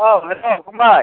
औ हेल' फंबाय